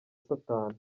satani